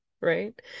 right